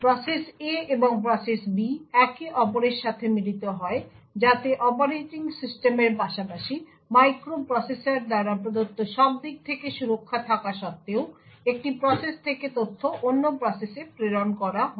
এবং process A এবং process B একে অপরের সাথে মিলিত হয় যাতে অপারেটিং সিস্টেমের পাশাপাশি মাইক্রোপ্রসেসর দ্বারা প্রদত্ত সবদিক থেকে সুরক্ষা থাকা সত্ত্বেও একটি প্রসেস থেকে তথ্য অন্য প্রসেসে প্রেরণ করা হয়